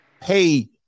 pay